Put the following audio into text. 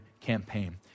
campaign